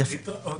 להתראות.